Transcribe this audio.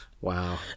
wow